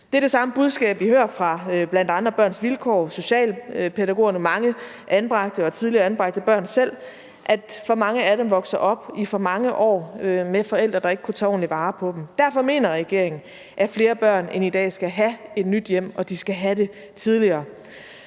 Det er det samme budskab, vi hører fra bl.a. Børns Vilkår, socialpædagogerne, mange anbragte og tidligere anbragte børn selv: at for mange af dem vokser op i for mange år med forældre, der ikke kunne tage ordentligt vare på dem. Derfor mener regeringen, at flere børn end i dag skal have et nyt hjem, og at de skal have det tidligere.